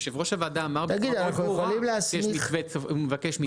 יושב-ראש הועדה מבקש מתווה.